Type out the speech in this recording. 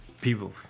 People